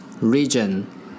region